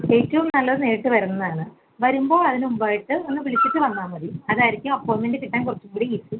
ഏറ്റവും നല്ലത് നേരിട്ട് വരുന്നതാണ് വരുമ്പോൾ അതിന് മുമ്പായിട്ട് ഒന്ന് വിളിച്ചിട്ട് വന്നാൽ മതി അതായിരിക്കും അപ്പോയിൻമെൻറ് കിട്ടാൻ കുറച്ചും കൂടി ഈസി